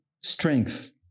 strength